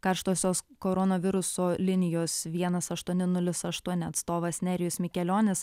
karštosios koronaviruso linijos vienas aštuoni nulis aštuoni atstovas nerijus mikelionis